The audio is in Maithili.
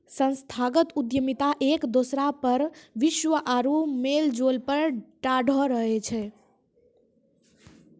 संस्थागत उद्यमिता एक दोसरा पर विश्वास आरु मेलजोल पर ठाढ़ो रहै छै